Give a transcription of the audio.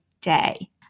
day